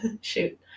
Shoot